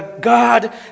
God